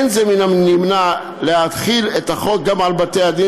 אין זה מן הנמנע להחיל את החוק גם על בתי-הדין